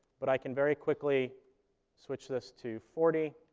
but i can very quickly switch this to forty,